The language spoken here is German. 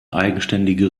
eigenständige